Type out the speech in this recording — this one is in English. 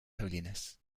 holiness